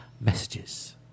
messages